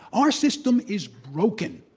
our system is broken.